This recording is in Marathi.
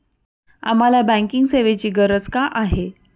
आम्हाला बँकिंग सेवेची गरज का आहे?